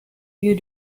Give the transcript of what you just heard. you